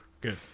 good